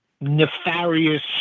nefarious